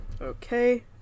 okay